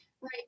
Right